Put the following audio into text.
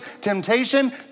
temptation